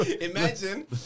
Imagine